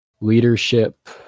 leadership